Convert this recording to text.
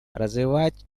развивать